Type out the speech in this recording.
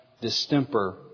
distemper